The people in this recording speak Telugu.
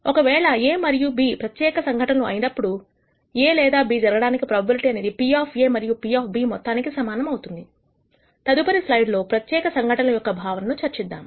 ఒకవేళ A మరియు B ప్రత్యేక సంఘటనలు అయినప్పుడు A లేదా B జరగడానికి ప్రోబబిలిటీ అనేది P మరియు P మొత్తానికి సమానం అవుతుందితదుపరి స్లైడ్ లో ప్రత్యేక సంఘటనల యొక్క భావనను చర్చిద్దాం